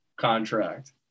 contract